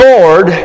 Lord